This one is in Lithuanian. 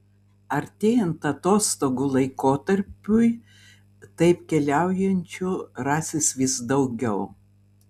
artėjant atostogų laikotarpiui taip keliaujančių rasis vis daugiau